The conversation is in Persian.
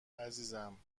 عزیزم